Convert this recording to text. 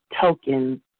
token